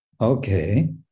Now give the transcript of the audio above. Okay